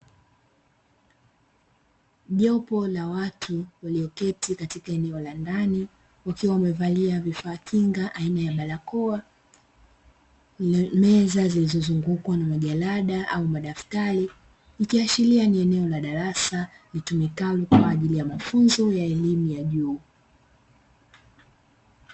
Jopo la watu walioketi katika eneo la ndani wakiwa wamevalia vifaa kinga aina ya barakoa, meza zilizozungukwa na majalada au madaftari ikiashiria ni eneo la darasa litumikalo kwa ajili ya mafunzo ya elimu ya juu.